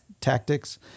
tactics